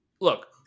Look